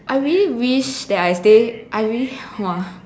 I really wish that I stay I really !wah!